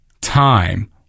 time